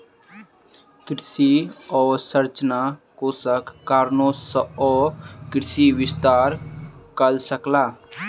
कृषि अवसंरचना कोषक कारणेँ ओ कृषि विस्तार कअ सकला